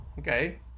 Okay